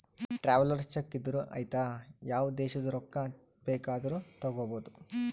travellers cheque ಇದ್ದೂರು ಐಯ್ತ ಯಾವ ದೇಶದು ರೊಕ್ಕಾ ಬೇಕ್ ಆದೂರು ತಗೋಬೋದ